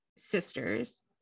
sisters